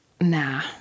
Nah